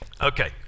Okay